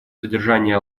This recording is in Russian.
содержание